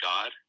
God